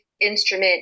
instrument